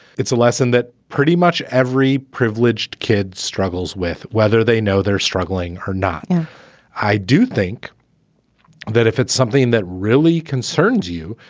it's a lesson that pretty much every privileged kid struggles with, whether they know they're struggling or not i do think that if it's something that really concerns you,